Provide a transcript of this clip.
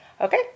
Okay